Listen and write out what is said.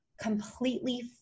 completely